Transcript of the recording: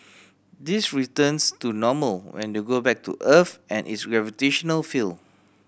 this returns to normal when they go back to Earth and its gravitational field